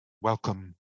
welcome